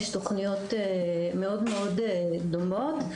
יש תוכניות מאוד מאוד דומות.